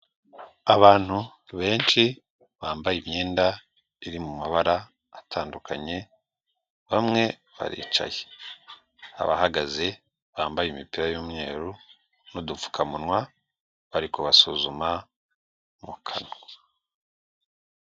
Abantu benshi bambaye imyenda iri mu mabara atandukanye bamwe baricaye, abahagaze bambaye imipira y'umweru n'udupfukamunwa bari kubasuzuma mu kanwa.